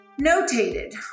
notated